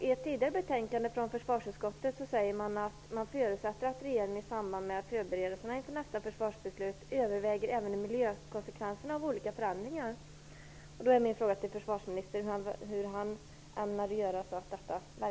I ett tidigare betänkande från försvarsutskottet sade man att man förutsätter att regeringen i samband med förberedelserna inför nästa försvarsbeslut överväger även miljökonsekvenserna av olika förändringar.